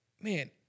man